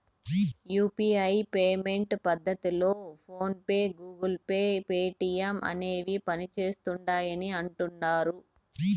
UPI payment పద్దతిలో PhonePe, Google Pay, Paytm అనేవి పనిసేస్తిండాయని అంటుడారు